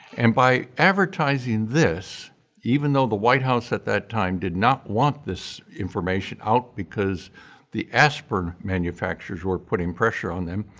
and by advertising this even though the white house at that time did not want this information out because the aspirin manufacturers were putting pressure on them,